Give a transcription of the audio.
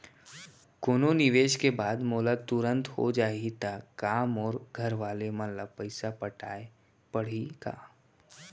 कोनो निवेश के बाद मोला तुरंत हो जाही ता का मोर घरवाले मन ला पइसा पटाय पड़ही का?